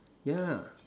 yeah